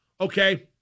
Okay